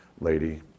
Lady